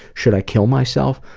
should i kill myself?